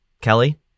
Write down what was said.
Kelly